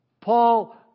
Paul